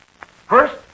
First